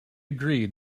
agreed